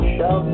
Show